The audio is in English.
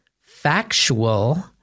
factual